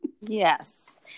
Yes